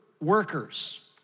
workers